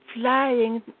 flying